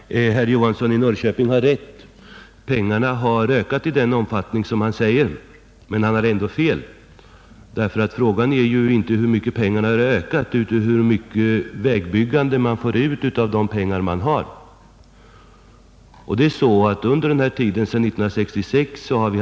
Herr talman! Herr Johansson i Norrköping har rätt; anslagen har ökat i den omfattning som han anger. Men han har ändå fel — frågan är ju inte hur mycket anslagen har ökat i pengar räknat utan hur mycket vägbyggande man får ut av de pengar som anslås. Bl.